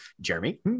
Jeremy